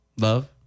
Love